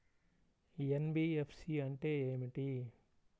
NBFC అంటే ఏమిటి?